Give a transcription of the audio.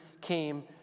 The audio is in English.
came